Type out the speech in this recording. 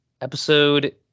episode